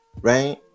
Right